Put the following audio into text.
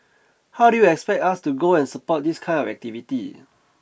how do you expect us to go and support this kind of activity